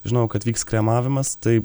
žinojau kad vyks kremavimas tai